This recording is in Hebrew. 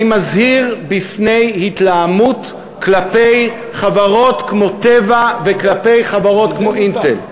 אני מזהיר מפני התלהמות כלפי חברות כמו "טבע" וכלפי חברות כמו "אינטל".